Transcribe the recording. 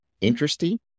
interesting